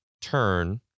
turn